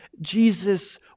Jesus